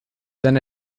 then